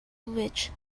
which